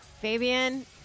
Fabian